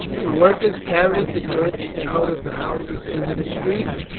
the workers carried the goods out of the houses into the street,